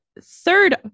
third